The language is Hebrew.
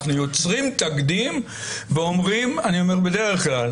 אנחנו יוצרים תקדים ואומרים אני אומר בדרך כלל